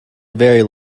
very